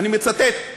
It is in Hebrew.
אני מצטט,